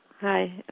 Hi